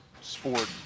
sport